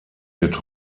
wird